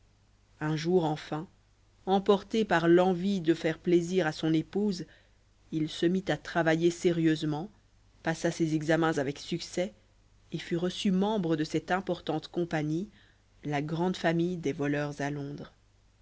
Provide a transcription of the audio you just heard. un jour enfin emporté par l'envie de faire plaisir à son épouse il se mit à travailler sérieusement passa ses examens avec succès et fut reçu membre de cette importante compagnie la grande famille des voleurs à londres